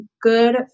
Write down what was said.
good